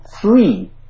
three